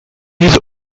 his